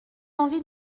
envie